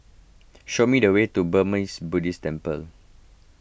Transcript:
show me the way to Burmese Buddhist Temple